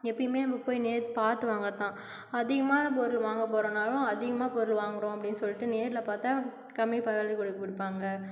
எப்பேயுமே புக் பண்ணி நேர் பார்த்து வாங்கிறது தான் அதிகமான பொருள் வாங்க போகிறனாலும் அதிகமாக பொருள் வாங்குகிறோம் அப்படின் சொல்லிட்டு நேரில் பார்த்தா கம்மி பண்ணி கொடுப்பாங்க